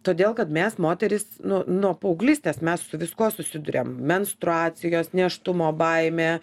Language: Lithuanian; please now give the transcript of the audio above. todėl kad mes moterys nu nuo paauglystės mes su viskuo susiduriam menstruacijos nėštumo baimė